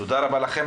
תודה רבה לכם.